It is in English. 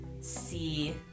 see